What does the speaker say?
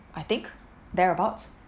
I think thereabout